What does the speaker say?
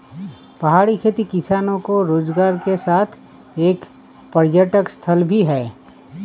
पहाड़ी खेती किसानों के रोजगार के साथ एक पर्यटक स्थल भी है